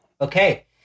Okay